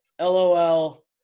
LOL